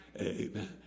Amen